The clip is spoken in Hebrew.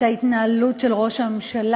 את ההתנהלות של ראש הממשלה.